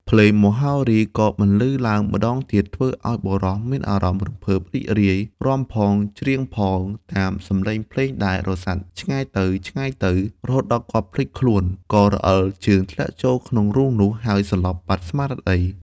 ភ្លេង មហោរីក៏បន្លឺឡើងម្តងទៀត ធ្វើអោយបុរសមានអារម្មណ៍ រំភើបរីករាយ រាំផងច្រៀងផងតាមសំលេងភ្លេងដែល រសាត់ឆ្ងាយទៅៗ រហូតដល់គាត់ភ្លេចខ្លួន ក៏រអិលជើងធ្លាក់ចូលក្នុងរូងនោះ ហើយសន្លប់បាត់ស្មារតី ។